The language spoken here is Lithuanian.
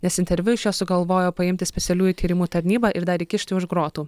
nes interviu iš jo sugalvojo paimti specialiųjų tyrimų tarnyba ir dar įkišti už grotų